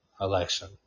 election